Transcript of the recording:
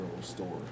store